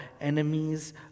enemies